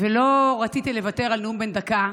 ולא רציתי לוותר על נאום בן דקה,